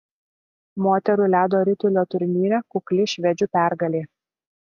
moterų ledo ritulio turnyre kukli švedžių pergalė